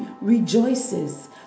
rejoices